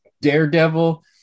Daredevil